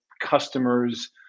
customers